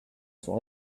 son